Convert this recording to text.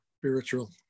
Spiritual